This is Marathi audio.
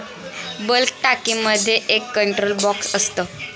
बल्क टाकीमध्ये एक कंट्रोल बॉक्स असतो